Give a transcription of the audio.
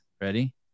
ready